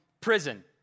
prison